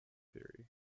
theory